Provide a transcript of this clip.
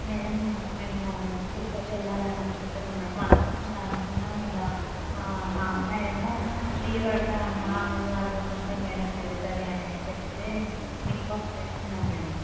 madam మేము తిరుపతి వెళ్ళాలని అనుకుంటున్నాం మ్యాడమ్ అనుకోకుండా అనుకున్నాం ఇక మా మా అమ్మాయి ఏమో లీవ్ అడుగు అమ్మా లీవ్ అడగకుంటే మ్యాడమ్ తిడుతుంది అని చెప్తే మీకు ఫోన్ చేస్తున్నాను మ్యాడమ్